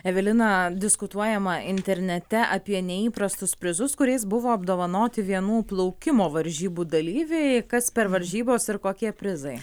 evelina diskutuojama internete apie neįprastus prizus kuriais buvo apdovanoti vienų plaukimo varžybų dalyviai kas per varžybos ir kokie prizai